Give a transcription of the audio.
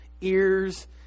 ears